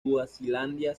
suazilandia